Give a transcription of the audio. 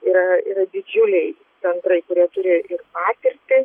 yra yra didžiuliai centrai kurie turi ir patirtį